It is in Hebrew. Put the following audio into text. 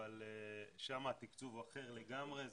אבל שם התקצוב הוא אחר לגמרי.